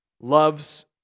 loves